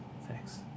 Thanks